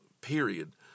period